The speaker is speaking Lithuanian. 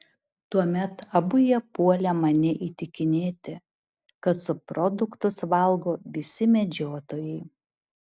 tuomet abu jie puolė mane įtikinėti kad subproduktus valgo visi medžiotojai